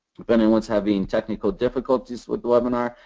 if anyone is having technical difficulties with the webinar,